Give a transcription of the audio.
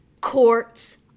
courts